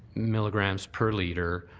milligrams per litre,